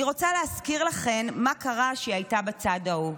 אני רוצה להזכיר לכן מה קרה כשהיא הייתה בצד ההוא,